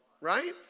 Right